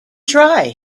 try